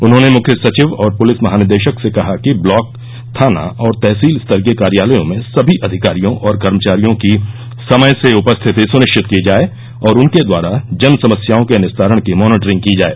उन्होंने मुख्य सचिव और पुलिस महानिदेशक से कहा कि ब्लॉक थाना और तहसील स्तर के कार्यालयों में सभी अधिकारियों और कर्मचारियों की समय से उपस्थिति सनिश्चित की जाए और उनके द्वारा जनसमस्याओं के निस्तारण की मॉनिटरिंग की जाए